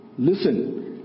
Listen